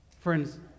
Friends